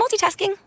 multitasking